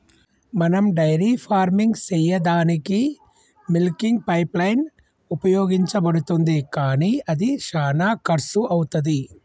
మనం dairy farming సెయ్యదానికీ milking pipeline ఉపయోగించబడుతుంది కానీ అది శానా కర్శు అవుతది